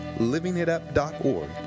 LivingItUp.org